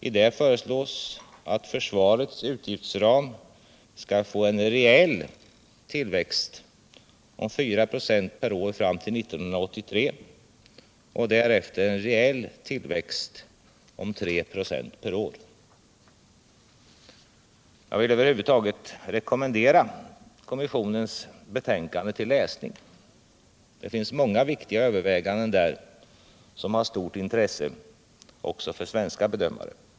I det föreslås att försvarets utgiftsram skall få en reell tillväxt om 4 6 per år fram till år 1983 och därefter en reell tillväxt om 3 ' per år. Jag vill över huvud taget rekommendera kommissionens betänkande till läsning. Det finns många viktiga överväganden där, som har stort intresse också för svenska bedömare.